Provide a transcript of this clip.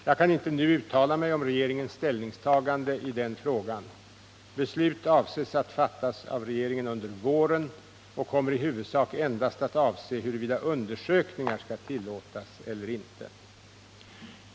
Jag kan inte nu uttala mig om regeringens ställningstagande i denna fråga. Beslut avses fattas av regeringen under våren och kommer i huvudsak endast att avse huruvida undersökningar skall tillåtas eller inte.